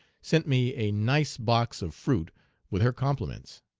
sent me a nice box of fruit with her compliments